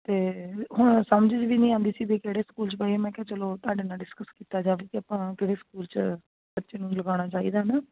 ਅਤੇ ਵੀ ਹੁਣ ਸਮਝ ਵੀ ਨਹੀਂ ਆਉਂਦੀ ਸੀ ਵੀ ਕਿਹੜੇ ਸਕੂਲ 'ਚ ਪਾਈਏ ਮੈਂ ਕਿਹਾ ਚਲੋ ਤੁਹਾਡੇ ਨਾਲ ਡਿਸਕਸ ਕੀਤਾ ਜਾਵੇ ਕਿ ਆਪਾਂ ਕਿਹੜੇ ਸਕੂਲ 'ਚ ਬੱਚੇ ਨੂੰ ਲਗਾਉਣਾ ਚਾਹੀਦਾ ਹੈ ਨਾ